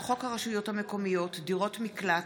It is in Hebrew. חוק הרשויות המקומיות (דירות מקלט),